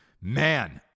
Man